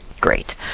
Great